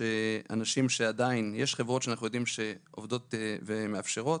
חברות שאנחנו יודעים שעובדות ומאפשרות,